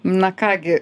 na ką gi